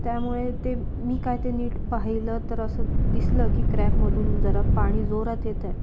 त्यामुळे ते मी काय ते नीट पाहिलं तर असं दिसलं की क्रॅकमधून जरा पाणी जोरात येतंय